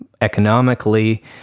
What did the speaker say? economically